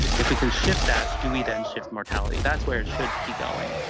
if we can shift that, do we then shift mortality? that's where it should be going.